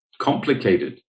complicated